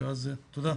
תודה.